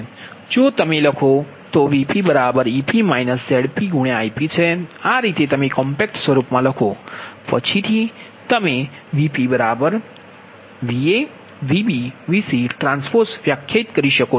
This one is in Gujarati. જો તમે લખો તોVpEp ZpIp છે આ રીતે તમે કોમ્પેક્ટ સ્વરૂપમાં લખો પછીથી અમે VpVa Vb Vc T વ્યાખ્યાયિત કરીએ છીએ